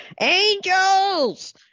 Angels